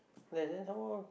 less then some more